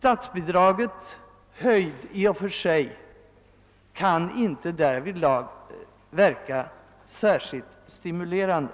Statsbidragets höjd kan i och för sig inte verka stimulerande